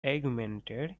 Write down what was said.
augmented